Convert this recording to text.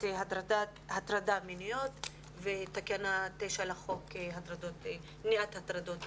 הטרדה מינית ותקנה 9 לחוק למניעת הטרדות מיניות.